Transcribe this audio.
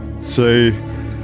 Say